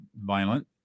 violent